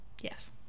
Yes